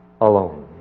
alone